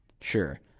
Sure